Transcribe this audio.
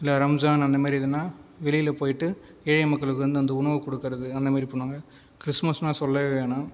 இல்லை ரம்ஜான் அந்த மாதிரி இதுன்னால் வெளியில் போய்விட்டு ஏழை மக்களுக்கு வந்து உணவு கொடுக்கிறது அந்த மாதிரி பண்ணுவாங்க கிறிஸ்துமஸ்ன்னால் சொல்லவே வேணாம்